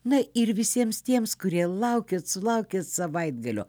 na ir visiems tiems kurie laukėt sulaukėt savaitgalio